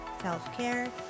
self-care